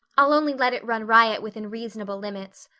i'll only let it run riot within reasonable limits.